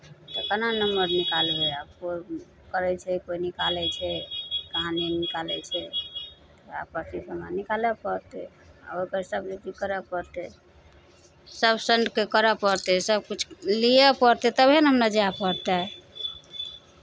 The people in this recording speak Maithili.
तऽ केना नम्बर निकालबै आब कोइ करै छै कोइ निकालै छै कहाँ नहि निकालै छै आब अथी से हमरा निकालय पड़तै ओकर सभके की करय पड़तै सभ संटके करय पड़तै सभकिछु लिअ पड़तै तबे ने हमरा जाय पड़तै